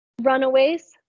runaways